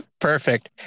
Perfect